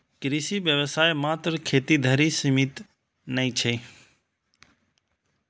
कृषि व्यवसाय मात्र खेती धरि सीमित नै छै